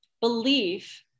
belief